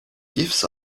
gifts